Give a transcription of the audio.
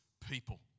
people